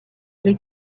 les